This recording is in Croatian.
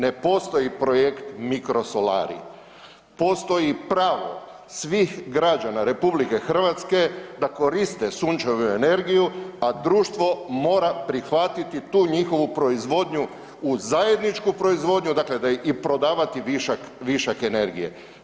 Ne postoji projekt mikrosolari, postoji pravo svih građana RH da koriste sunčevu energiju, a društvo mora prihvatiti tu njihovu proizvodnju u zajedničku proizvodnju i prodavati višak energije.